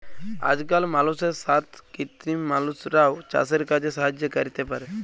আজকাল মালুষের সাথ কৃত্রিম মালুষরাও চাসের কাজে সাহায্য ক্যরতে পারে